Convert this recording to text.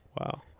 Wow